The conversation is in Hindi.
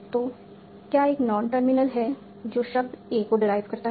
तो क्या एक नॉन टर्मिनल है जो शब्द a को डेराईव करता है